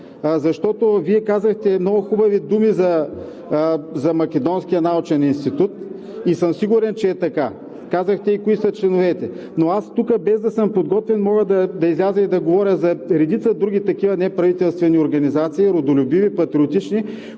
защото Вие казахте много хубави думи за Македонския научен институт и съм сигурен, че е така, казахте и кои са членовете. Но тук, без да съм подготвен, мога да изляза и да говоря за редица други такива неправителствени организации – родолюбиви, патриотични,